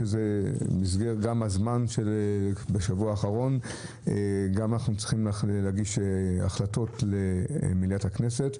וזה בשבוע האחרון של המושב ואנחנו גם צריכים להגיש החלטות למליאת הכנסת.